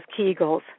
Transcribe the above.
Kegels